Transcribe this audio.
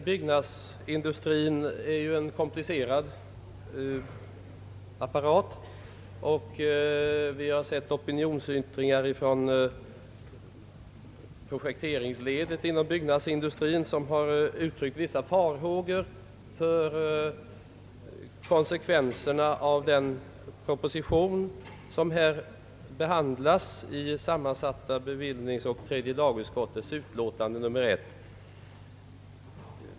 Byggnadsindustrien är ju en komplicerad apparat, och vi har också hört opinionsyttringar från projekteringsledet med vissa farhågor för konsekvensen av den proposition som behandlas i sammansatta bevillningsoch tredje lagutskottets utlåtande nr 1.